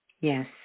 yes